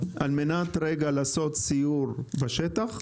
על מנת רגע לעשות סיור בשטח,